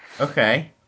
Okay